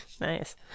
Nice